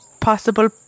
possible